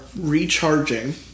recharging